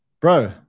bro